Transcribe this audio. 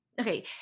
okay